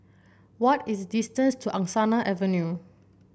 what is the distance to Angsana Avenue